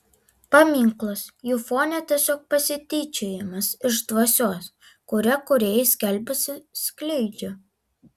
paminklas jų fone tiesiog pasityčiojimas iš dvasios kurią kūrėjai skelbiasi skleidžią